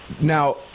Now